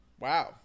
Wow